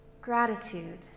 gratitude